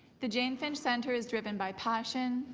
the jane finch center is driven by passion,